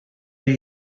that